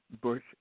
Bush